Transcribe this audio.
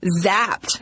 zapped